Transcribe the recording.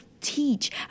teach